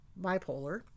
bipolar